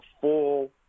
full